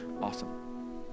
awesome